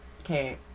okay